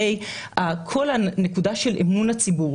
כל הנקודה של אמון הציבור,